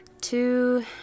Two